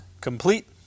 complete